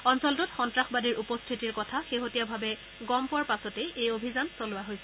অঞ্চলটোত সন্তাসবাদীৰ উপস্থিতিৰ কথা শেহতীয়াভাৱে গম পোৱাৰ পাছত এই অভিযান চলোৱা হৈছে